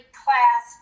class